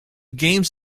games